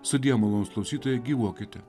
sudie malonūs klausytojai gyvuokite